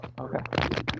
Okay